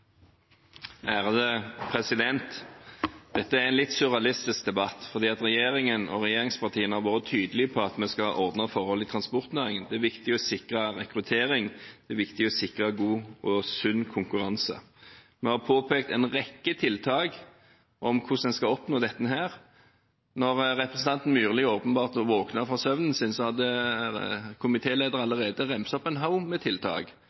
en litt surrealistisk debatt, for regjeringen og regjeringspartiene har vært tydelige på at vi skal ha ordnede forhold i transportnæringen. Det er viktig å sikre rekruttering, det er viktig å sikre god og sunn konkurranse. Vi har påpekt en rekke tiltak for hvordan en skal oppnå dette. Da representanten Myrli åpenbart våknet fra søvnen sin, hadde komitélederen allerede ramset opp en haug med tiltak